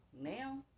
Now